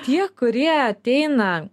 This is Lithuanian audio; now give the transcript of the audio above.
tie kurie ateina